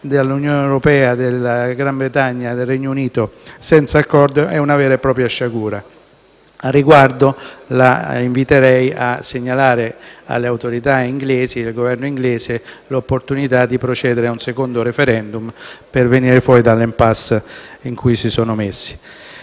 dall'Unione europea del Regno Unito senza accordo, è una vera e propria sciagura. Al riguardo, la inviterei a segnalare alle autorità del Governo inglese l'opportunità di procedere a un secondo *referendum*, per uscire dall'*impasse* in cui si sono messi.